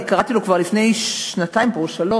כבר לפני שנתיים-שלוש